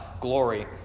glory